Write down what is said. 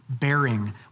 Bearing